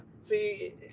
See